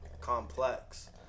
complex